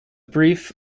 brief